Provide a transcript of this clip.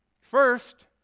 First